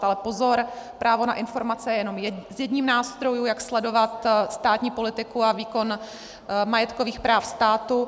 Ale pozor, právo na informace je jenom jedním z nástrojů, jak sledovat státní politiku a výkon majetkových práv státu.